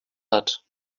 hat